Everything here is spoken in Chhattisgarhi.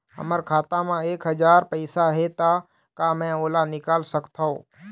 हमर खाता मा एक हजार पैसा हे ता का मैं ओला निकाल सकथव?